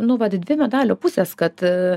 nu vat dvi medalio pusės kad